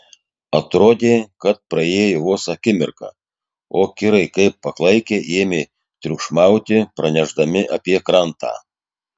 atrodė kad praėjo vos akimirka o kirai kaip paklaikę ėmė triukšmauti pranešdami apie krantą